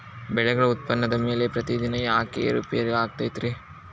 ಬೆಳೆಗಳ ಉತ್ಪನ್ನದ ಬೆಲೆಯು ಪ್ರತಿದಿನ ಯಾಕ ಏರು ಪೇರು ಆಗುತ್ತೈತರೇ?